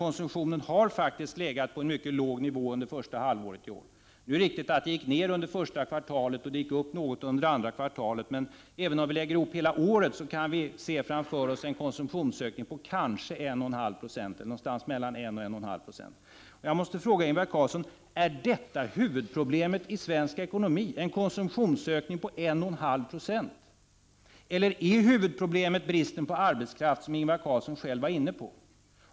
Konsumtionen har faktiskt legat på en mycket låg nivå under första halvåret i år. Nu är det riktigt att konsumtionen gick ner under första kvartalet och gick upp något under andra kvartalet, men även om vi lägger ihop siffrorna för hela året kan vi framför oss se en konsumtionsökning på kanske 1,5 96 — eller någonstans mellan 1 96 och 1,5 90. Jag måste fråga Ingvar Carlsson: Är detta huvudproblemet i svensk ekonomi — en konsumtionsökning på 1,5 26? Eller är huvudproblemet bristen på arbetskraft, som Ingvar Carlsson själv var inne på?